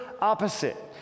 opposite